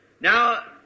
Now